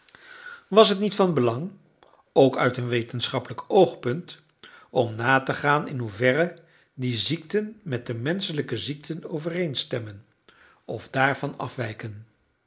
was het niet van belang ook uit een wetenschappelijk oogpunt om na te gaan in hoeverre die ziekten met de menschelijke ziekten overeenstemmen of daarvan afwijken